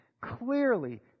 clearly